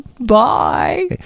Bye